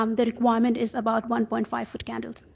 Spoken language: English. um the requirement is about one point five foot candles.